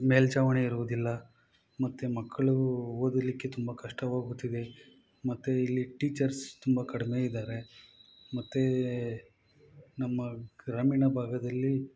ಮೇಲ್ಛಾವಣಿ ಇರುವುದಿಲ್ಲ ಮತ್ತು ಮಕ್ಕಳು ಓದಲಿಕ್ಕೆ ತುಂಬ ಕಷ್ಟವಾಗುತ್ತಿದೆ ಮತ್ತು ಇಲ್ಲಿ ಟೀಚರ್ಸ್ ತುಂಬ ಕಡಿಮೆ ಇದ್ದಾರೆ ಮತ್ತು ನಮ್ಮ ಗ್ರಾಮೀಣ ಭಾಗದಲ್ಲಿ